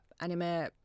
anime